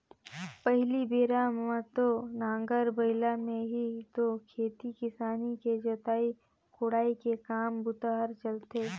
पहिली बेरा म तो नांगर बइला में ही तो खेती किसानी के जोतई कोड़ई के काम बूता हर चलथे